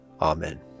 Amen